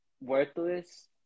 worthless